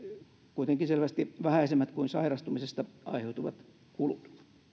kuitenkin selvästi vähäisemmät kuin sairastumisesta aiheutuvat kulut